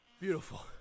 Beautiful